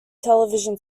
television